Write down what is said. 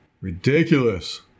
Ridiculous